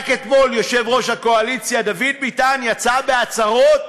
רק אתמול יושב-ראש הקואליציה דוד ביטן יצא בהצהרות